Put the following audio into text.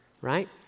right